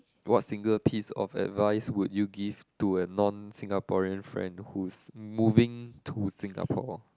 what single piece of advice would you give to a non Singaporean friend who's moving to Singapore